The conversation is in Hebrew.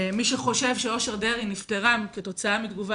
מי שחושב שאושר דרעי נפטרה כתוצאה מתגובה